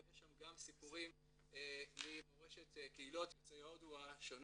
ויש שם גם סיפורים ממורשת קהילות יוצאי הודו השונות.